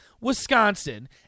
Wisconsin